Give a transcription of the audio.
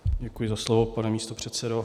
Děkuji za slovo, pane místopředsedo.